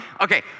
Okay